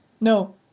No